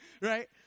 right